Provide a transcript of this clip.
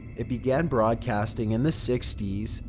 it began broadcasting in the sixty s,